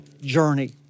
journey